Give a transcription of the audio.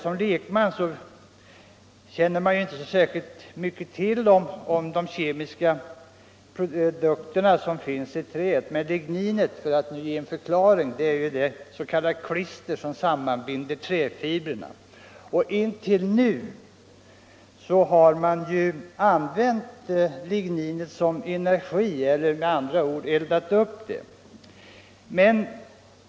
Som lekman känner jag inte till särskilt mycket om de ämnen som finns i träet, men jag vill nämna att ligninet är det ”klister” som sammanbinder träfibrerna. Intill nu har man använt ligninet som energi — man har med andra ord eldat upp det.